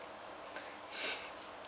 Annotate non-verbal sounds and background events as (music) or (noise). (laughs)